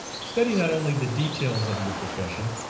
study not only the details of your profession,